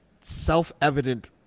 self-evident